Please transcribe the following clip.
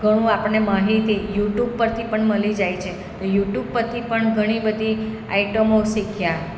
ઘણું આપણને માહિતી યુટ્યુબ પરથી પણ મળી જાય છે તો યુટ્યુબ પરથી પણ ઘણી બધી આઈટમો શીખ્યા